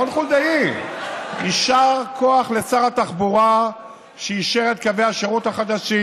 רון חולדאי: יישר כוח לשר התחבורה שאישר את קווי השירות החדשים,